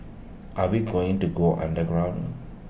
are we going to go underground